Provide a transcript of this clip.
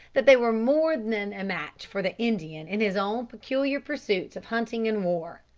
that they were more than a match for the indian in his own peculiar pursuits of hunting and war.